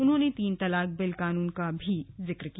उन्होंने तीन तलाक बिल कानून का भी जिक्र किया